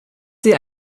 sie